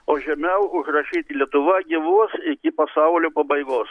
o žemiau užrašyti lietuva gyvuos iki pasaulio pabaigos